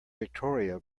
victoria